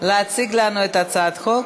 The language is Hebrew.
להציג לנו את הצעת החוק.